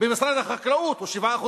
במשרד החקלאות הוא 7%,